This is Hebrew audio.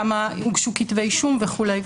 כמה הוגשו כתבי אישום וכו'.